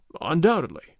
Undoubtedly